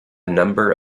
number